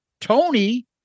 Tony